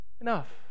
enough